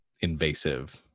invasive